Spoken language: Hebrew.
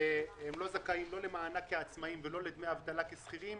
והם לא זכאים לא למענק כעצמאים ולא לדמי אבטלה כשכירים.